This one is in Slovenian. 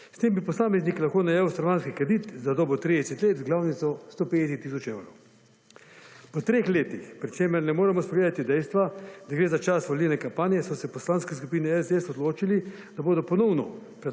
S tem bi posameznik lahko najel stanovanjski kredit za dobo 30 let z glavnico 150 tisoč evrov. Po treh letih, pri čemeri ne moremo spreminjati dejstva, že za čas volilne kampanje, so se v Poslanski skupini SDS odločili, da bodo ponovno